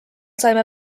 saime